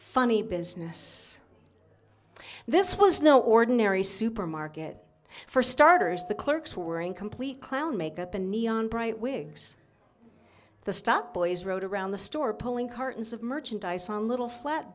funny business this was no ordinary supermarket for starters the clerks were in complete clown makeup and neon bright wigs the stock boys rode around the store pulling cartons of merchandise on little flat